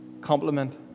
compliment